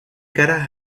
caras